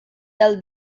del